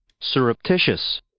Surreptitious